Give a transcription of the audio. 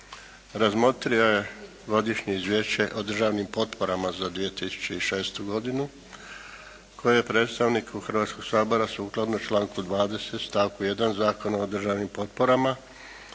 razmotrio je godišnje Izvješće o državnim potporama za 2006. godinu koje je predstavniku Hrvatskoga sabora sukladno članku 20. stavku 1. Zakona o državnim potporama